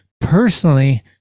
personally